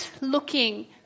looking